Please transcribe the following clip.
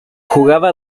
jugaba